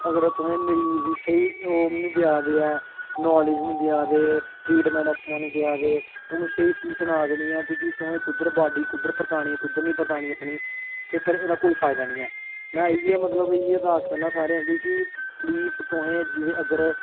अगर तुसें मरीज गी स्हेई निं ओह् निं देआ दे ऐ नालेज निं देआ दे ट्रीटमैंट अच्छा निं देआ दे उनें स्हेई स्हेई सना दे निं ऐं तुसें कुद्धर बाड्डी कुद्धर परतानी ऐ कुद्धर नेईं परतानी अपनी ते फिर एह्दा कोई फायदा निं ऐ में इ'यै मतलब इ'यै अरदास करना सारें अग्गैं कि प्लीज तुसें जे अगर